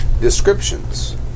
descriptions